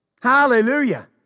Hallelujah